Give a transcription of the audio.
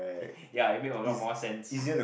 it ya it make a lot more sense